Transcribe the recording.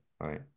right